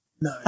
No